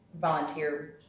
volunteer